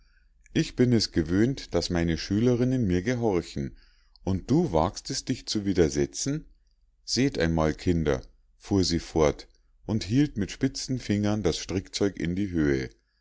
ich bin gewöhnt daß meine schülerinnen mir gehorchen und du wagst es dich zu widersetzen seht einmal kinder fuhr sie fort und hielt mit spitzen fingern das strickzeug in die höhe